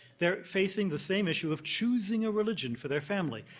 they're facing the same issue of choosing a religion for their family.